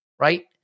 right